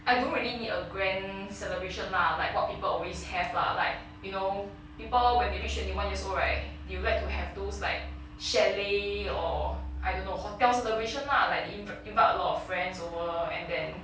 I don't really need a grand celebration lah like what people always have lah like you know people when they reached twenty one years old right they would like to have those like chalet or I don't know hotel celebration lah like in~ invite a lot of friends over and then